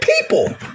people